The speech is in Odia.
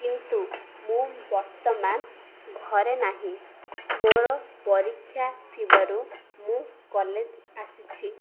କିନ୍ତୁ ମୁଁ ବର୍ତ୍ତମାନ ଘରେ ନାହିଁ ମୋର ପରୀକ୍ଷା ଥିବାରୁ ମୁଁ କଲେଜ୍ ଆସିଛି